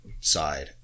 side